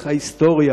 במקרה,